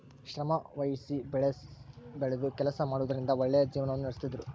ಶ್ರಮವಹಿಸಿ ಬೆಳೆಬೆಳೆದು ಕೆಲಸ ಮಾಡುವುದರಿಂದ ಒಳ್ಳೆಯ ಜೀವನವನ್ನ ನಡಿಸ್ತಿದ್ರು